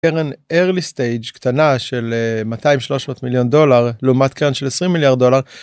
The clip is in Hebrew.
קרן early stage קטנה של 200 300 מיליון דולר לעומת קרן של 20 מיליארד דולר.